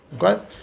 Okay